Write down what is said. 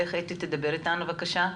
בבקשה.